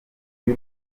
y’u